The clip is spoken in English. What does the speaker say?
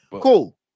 Cool